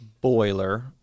boiler